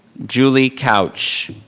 julie couch.